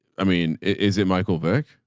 i mean, is it michael burke?